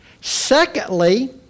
Secondly